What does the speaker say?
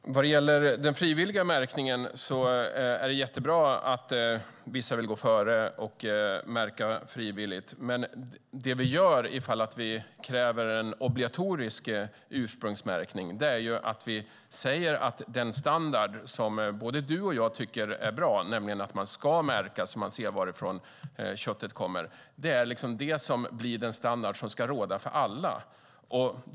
Fru talman! Vad gäller den frivilliga märkningen är det jättebra att vissa vill gå före och märka frivilligt. Men det vi gör ifall vi kräver en obligatorisk ursprungsmärkning är att vi säger att den standard som både du och jag tycker är bra, nämligen att man ska märka så att man ser varifrån köttet kommer, är den standard som ska råda för alla.